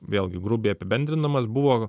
vėlgi grubiai apibendrinamas buvo